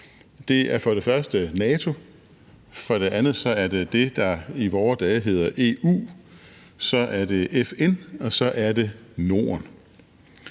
Det er for det første NATO, for det andet er det det, der i vore dage hedder EU, så er det FN, og så er det Norden.